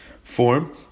form